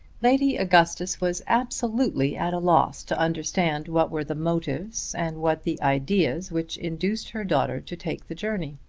lady augustus was absolutely at a loss to understand what were the motives and what the ideas which induced her daughter to take the journey.